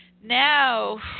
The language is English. now